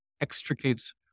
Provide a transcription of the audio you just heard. extricates